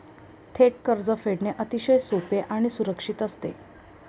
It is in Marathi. थेट कर्ज फेडणे अतिशय सोपे आणि सुरक्षित असते